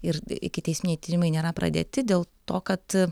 ir ikiteisminiai tyrimai nėra pradėti dėl to kad